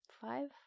Five